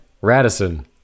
Radisson